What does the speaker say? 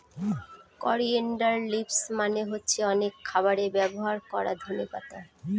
coriander leaves মানে হচ্ছে অনেক খাবারে ব্যবহার করা ধনে পাতা